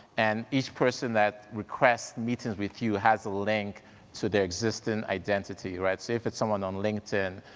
and each person that requests meetings with you has a link to their existing identity, right? say if it's someone on linkedin,